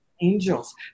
angels